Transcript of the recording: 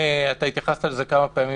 התייחסת לזה כמה פעמים,